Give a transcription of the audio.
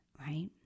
right